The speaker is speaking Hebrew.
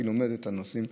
היא לומדת את הנושאים.